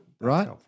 Right